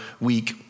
week